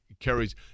carries